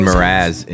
Mraz